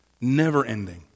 never-ending